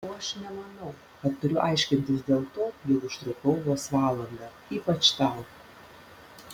o aš nemanau kad turiu aiškintis dėl to jog užtrukau vos valandą ypač tau